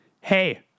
Hey